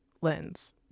lens